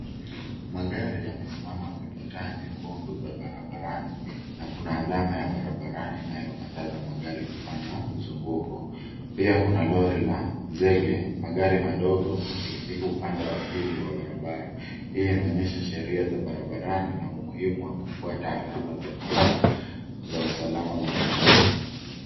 Magari yamesimama kwenye taa nyekundu za barabarani na kuna alama ya barabarani inayokataza magari kufanya mzunguko. Pia kuna lori la zege, magari madogo na pikipiki upande wa pili wa barabara, hii inaonyesha sheria za barabarani ina umuhimu wa kufuata alama za taa za usalama barabarani.